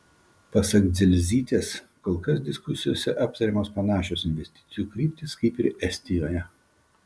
pasak dzelzytės kol kas diskusijose aptariamos panašios investicijų kryptys kaip ir estijoje